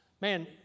Man